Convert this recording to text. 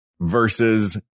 versus